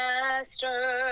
master